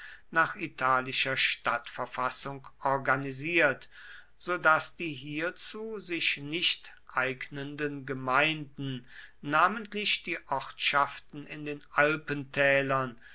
nach italischer stadtverfassung organisiert so daß die hierzu sich nicht eignenden gemeinden namentlich die ortschaften in den